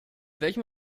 welchem